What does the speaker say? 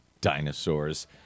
Dinosaurs